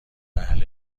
اهل